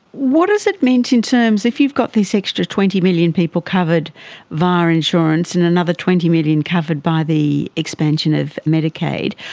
what has it meant in terms, if you've got this extra twenty million people covered via insurance and another twenty million covered by the expansion of medicaid,